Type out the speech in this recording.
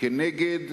נגד